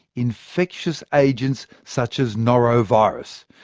infectious agents such as norovirus.